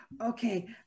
okay